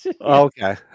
okay